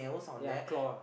yea claw